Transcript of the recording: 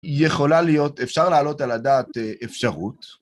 יכולה להיות, אפשר להעלות על הדעת אפשרות.